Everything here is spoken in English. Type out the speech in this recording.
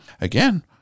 Again